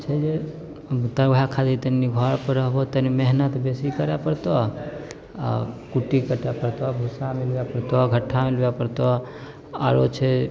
छै जे तब वएह खाली तनि घरपर रहबहो तनि मेहनति बेसी करै पड़तऽ आओर कुट्टी काटै पड़तऽ भुस्सा मिलाबऽ पड़तऽ घट्ठा मिलाबऽ पड़तऽ आओर छै